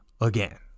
again